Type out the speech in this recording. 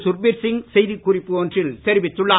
சுர்பீர் சிங் செய்தி குறிப்பு ஒன்றில் தெரிவித்துள்ளார்